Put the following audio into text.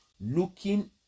looking